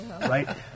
Right